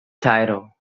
title